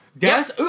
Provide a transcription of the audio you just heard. Yes